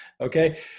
Okay